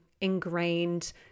ingrained